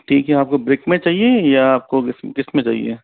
ठीक है आपको ब्रेक में चाहिए या आपको गिफ्ट में चाहिए